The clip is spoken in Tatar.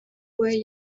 буе